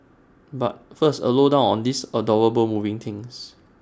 but first A low down on these adorable moving things